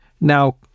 now